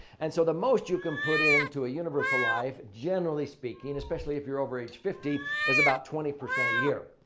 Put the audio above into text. and so, the most you can put into a universal life generally speaking especially if you're over age fifty is about twenty percent a year.